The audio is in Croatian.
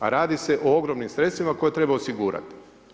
A radi se o ogromnim sredstvima koje treba osigurati.